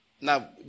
Now